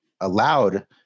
allowed